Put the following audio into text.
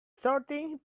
sorting